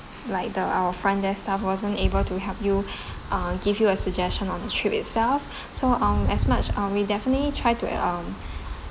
like the our front desk staff wasn't able to help you ah give you a suggestion on the trip itself so um as much um we definitely try to um